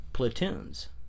platoons